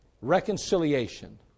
reconciliation